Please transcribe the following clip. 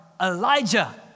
Elijah